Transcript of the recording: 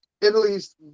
Italy's